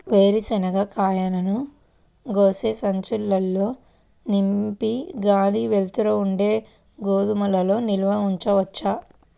వేరుశనగ కాయలను గోనె సంచుల్లో నింపి గాలి, వెలుతురు ఉండే గోదాముల్లో నిల్వ ఉంచవచ్చా?